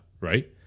right